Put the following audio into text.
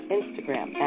Instagram